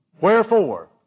Wherefore